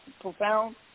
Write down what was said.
profound